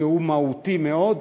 שהוא מהותי מאוד,